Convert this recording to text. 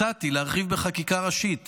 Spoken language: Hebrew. הצעתי להרחיב בחקיקה ראשית